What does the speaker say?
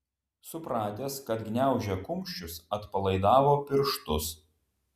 supratęs kad gniaužia kumščius atpalaidavo pirštus